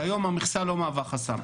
כיום, המכסה לא מהווה חסם.